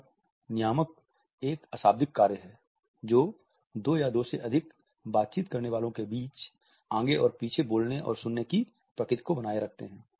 अब नियामक एक अशाब्दिक कार्य हैं जो दो या दो से अधिक बात चीत करने वालो के बीच आगे और पीछे बोलने और सुनने की प्राकृति को बनाए रखते हैं